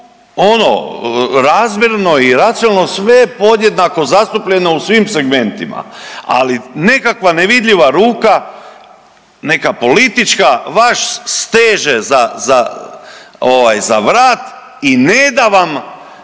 ono razmjerno i racionalno sve podjednako zastupljene u svim segmentima. Ali nekakva nevidljiva ruka neka politička vas steže za vrat i ne da vam